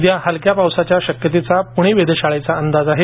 उद्या हलक्या पावसाच्या शक्यतेचा पूणे वेधशाळेचा अंदाज आहे